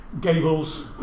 gables